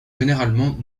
généralement